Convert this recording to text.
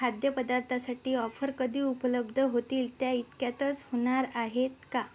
खाद्यपदार्थासाठी offer कधी उपलब्ध होतील त्या इतक्यातच होणार आहेत का